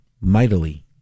mightily